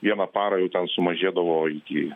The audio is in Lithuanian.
vieną parą jų ten sumažėdavo iki